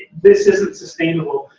this isn't sustainable.